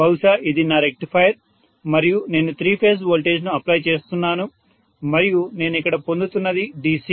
బహుశా ఇది నా రెక్టిఫైయర్ మరియు నేను త్రీ ఫేజ్ వోల్టేజ్ను అప్లై చేస్తున్నాను మరియు నేను ఇక్కడ పొందుతున్నది DC